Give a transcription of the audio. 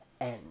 end